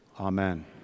Amen